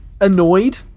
annoyed